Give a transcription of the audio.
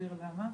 ואסביר למה.